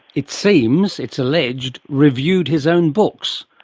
it seems, it's alleged, reviewed his own books?